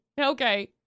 Okay